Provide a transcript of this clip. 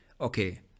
okay